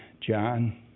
John